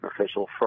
official